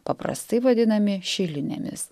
paprastai vadinami šilinėmis